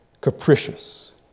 capricious